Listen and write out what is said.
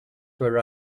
were